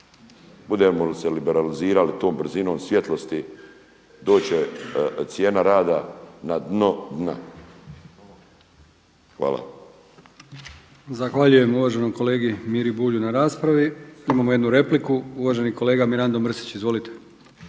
Budemo li se liberalizirali tom brzinom svjetlosti, doći će cijena rada na dno dna. Hvala.